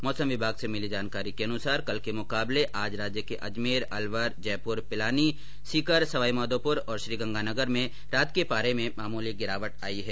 मौसम विभाग से मिली जानकारी के अनुसार कल के मुकाबले आज राज्य के अजमेर अलवर जयपुर पिलानी सीकर सवाईमाधोपुर श्रीगंगानगर में रात के पारे में मामूली गिरावट आई है